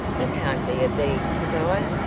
you can't be a bee, kezia.